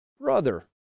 brother